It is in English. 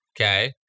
Okay